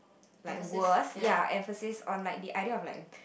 like worse ya emphasis on like the idea like